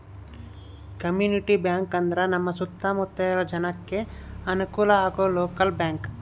community bank ಅಂದ್ರ ನಮ್ ಸುತ್ತ ಮುತ್ತ ಇರೋ ಜನಕ್ಕೆ ಅನುಕಲ ಆಗೋ ಲೋಕಲ್ ಬ್ಯಾಂಕ್